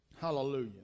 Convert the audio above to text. Hallelujah